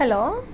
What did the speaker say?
hello